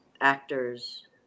actors